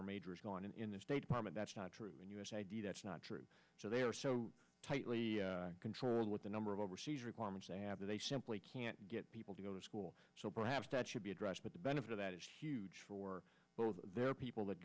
their majors going in the state department that's not true and u s id that's not true so they are so tightly controlled with the number of overseas requirements they have that they simply can't get people to go to school so perhaps that should be addressed but the benefit of that is huge for their people that